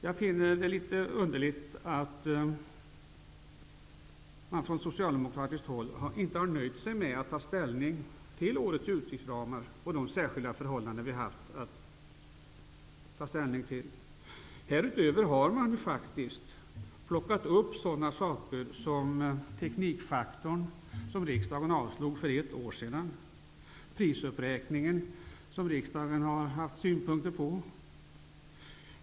Jag finner det litet underligt att man från socialdemokratiskt håll inte har nöjt sig med att ta upp årets utgiftsramar och de särskilda förhållanden som vi har haft att ta ställning till. Härutöver har man faktiskt plockat upp sådant som teknikfaktorn, som riksdagen avvisade för ett år sedan, och prisuppräkningen, som riksdagen också har haft synpunkter på.